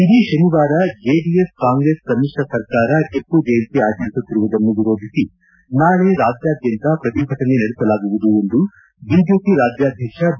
ಇದೇ ಶನಿವಾರ ಜೆಡಿಎಸ್ ಕಾಂಗ್ರೆಸ್ ಸಮಿಶ್ರ ಸರ್ಕಾರ ಟಿಪ್ಪು ಜಯಂತಿ ಆಚರಿಸುತ್ತಿರುವುದನ್ನು ವಿರೋಧಿಸಿ ನಾಳೆ ರಾಜ್ಯಾದ್ಯಂತ ಪ್ರತಿಭಟನೆ ನಡೆಸಲಾಗುವುದು ಎಂದು ಬಿಜೆಪಿ ರಾಜ್ಯಾಧ್ಯಕ್ಷ ಬಿ